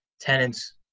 tenants